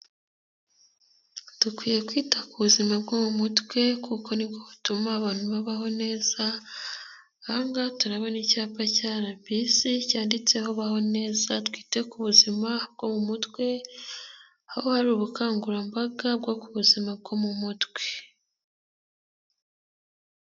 Dukwiye kwita ku buzima bwo mu mutwe kuko nibwo butuma abantu babaho neza, ahangaha turabona icyapa cya RBC, cyanditseho baho neza twite ku buzima bwo mu mutwe, aho hari ubukangurambaga bwo ku buzima bwo mu mutwe.